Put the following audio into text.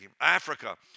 Africa